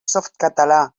softcatalà